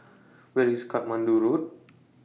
Where IS Katmandu Road